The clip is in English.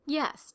Yes